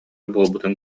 буолбутун